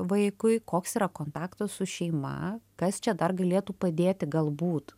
vaikui koks yra kontaktas su šeima kas čia dar galėtų padėti galbūt